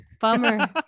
Bummer